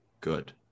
good